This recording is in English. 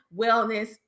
wellness